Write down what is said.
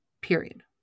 period